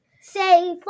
say